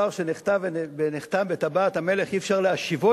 ודבר שנכתב ונחתם בטבעת המלך אי-אפשר להשיבו,